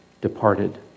departed